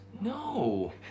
No